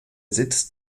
sitz